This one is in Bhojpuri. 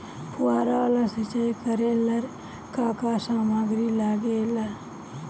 फ़ुहारा वाला सिचाई करे लर का का समाग्री लागे ला?